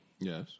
yes